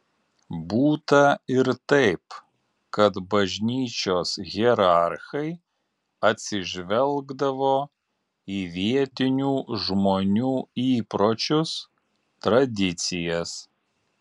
būta ir taip kad bažnyčios hierarchai atsižvelgdavo į vietinių žmonių įpročius tradicijas